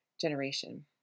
generation